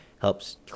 helps